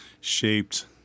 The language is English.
shaped